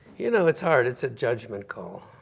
you know it's hard. it's a judgment call.